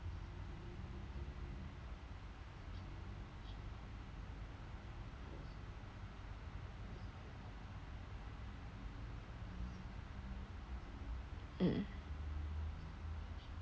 mm